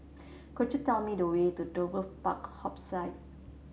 could you tell me the way to Dover Park Hospice